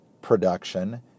production